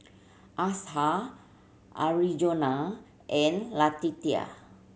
Asher Arizona and Letitia